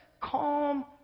Calm